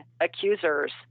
accusers